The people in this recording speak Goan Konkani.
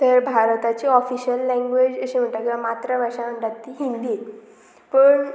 तर भारताची ऑफिशल लॅंग्वेज अशी म्हणटा किंवां मात्रभाशा म्हणटात ती हिंदी पूण